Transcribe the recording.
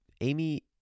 Amy